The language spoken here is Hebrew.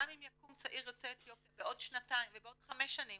גם אם יקום צעיר יוצא אתיופיה בעוד שנתיים ובעוד חמש שנים